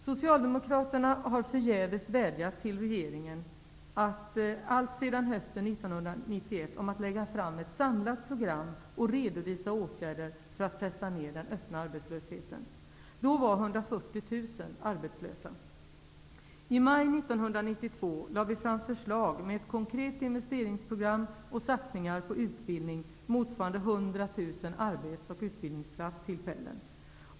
Socialdemokraterna har förgäves vädjat till regeringen alltsedan hösten 1991 om att lägga fram ett samlat program och redovisa åtgärder för att pressa ned den öppna arbetslösheten. Då var I maj 1992 lade vi fram ett konkret investeringsprogram med förslag till satsningar på utbildning, motsvarande 100 000 arbets och utbildningstillfällen.